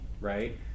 right